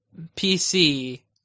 PC